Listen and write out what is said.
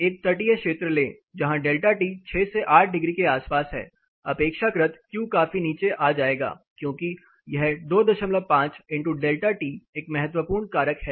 एक तटीय क्षेत्र लें जहां डेल्टा टी 6 से 8 डिग्री के आसपास है अपेक्षाकृत Q काफी नीचे आ जाएगा क्योंकि यह 25 डेल्टा टी एक महत्वपूर्ण कारक है